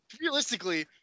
realistically